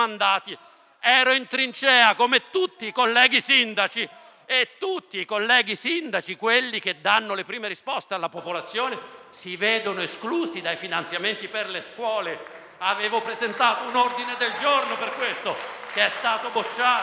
ero in trincea, come tutti colleghi sindaci: tutti i colleghi sindaci, quelli che danno le prime risposte alla popolazione, si vedono esclusi dai finanziamenti per le scuole. Per tale ragione avevo presentato un ordine del giorno, che è stato bocciato.